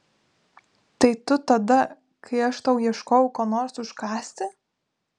tai tu tada kai aš tau ieškojau ko nors užkąsti